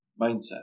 mindset